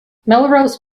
melrose